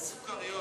איזה סוכריות?